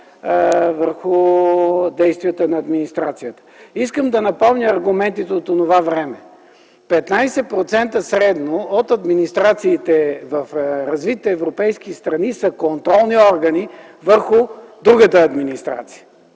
върху действията на администрацията. Искам да напомня аргументите от онова време. Средно 15% от администрациите в развитите европейски страни са контролни органи върху другата администрация.